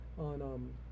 on